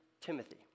Timothy